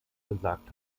gesagt